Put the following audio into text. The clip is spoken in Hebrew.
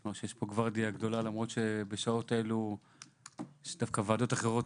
אני רואה שיש פה גוורדיה גדולה למרות שבשעות אלה יש ועדות אחרות.